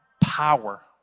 Power